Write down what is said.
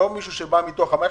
לא מישהו שבא מתוך המערכת.